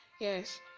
Yes